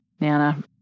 Nana